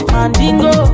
Mandingo